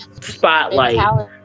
spotlight